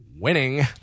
Winning